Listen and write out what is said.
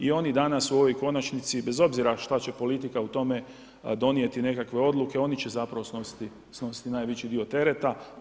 I oni danas u ovoj konačnici bez obzira šta će politika u tome donijeti nekakve odluke, oni će zapravo snositi najveći dio tereta.